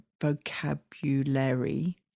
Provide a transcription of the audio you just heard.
Vocabulary